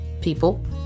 people